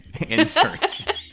insert